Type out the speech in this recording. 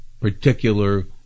particular